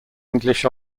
english